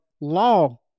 Law